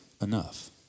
enough